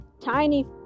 tiny